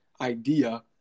idea